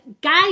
Guys